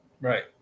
Right